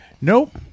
Nope